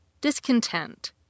discontent